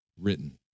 written